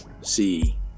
see